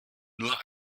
nur